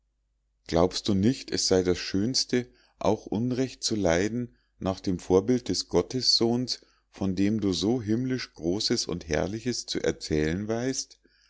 glaubst du nicht es sei das schönste auch unrecht zu leiden nach dem vorbild des gottessohns von dem du so himmlisch großes und herrliches zu erzählen weißt